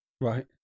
Right